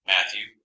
Matthew